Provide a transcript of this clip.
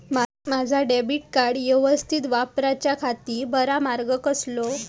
माजा debit card यवस्तीत वापराच्याखाती बरो मार्ग कसलो?